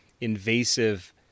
invasive